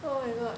oh my god